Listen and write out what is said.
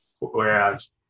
whereas